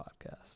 podcast